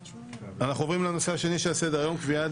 אנחנו עוברים לנושא הבא שעל סדר היום - הצעת